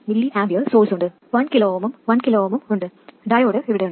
7 mA സോഴ്സുണ്ട് 1 kΩ ഉം 1 kΩ ഉം ഡയോഡ് ഇവിടെയുണ്ട്